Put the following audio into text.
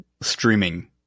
streaming